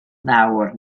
nawr